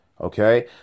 Okay